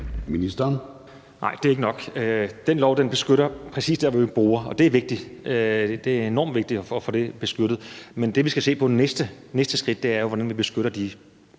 Heunicke): Nej, det er ikke nok. Den lov beskytter præcis dér, hvor vi borer, og det er vigtigt – det er enormt vigtigt for at få det beskyttet. Men det, vi skal se på med næste skridt, er jo, hvordan vi beskytter de